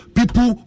people